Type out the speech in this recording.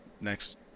next